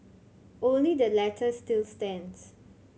only the latter still stands